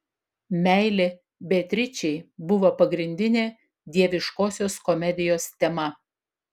meilė beatričei buvo pagrindinė dieviškosios komedijos tema